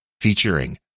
featuring